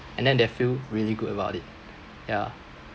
and then they feel really good about it ya